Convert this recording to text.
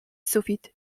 sufit